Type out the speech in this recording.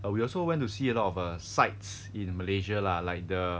we also went to see a lot of err sites in malaysia lah like the